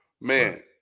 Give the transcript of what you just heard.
man